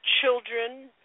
children